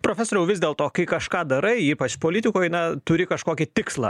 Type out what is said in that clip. profesoriau vis dėl to kai kažką darai politikoj na turi kažkokį tikslą